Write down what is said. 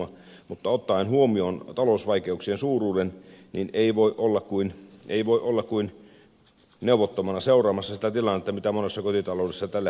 mutta ottaen huomioon talousvaikeuksien suuruuden ei voi olla kuin neuvottomana seuraamassa sitä tilannetta mikä monessa kotitaloudessa tällä hetkellä suomessa on